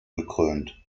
gekrönt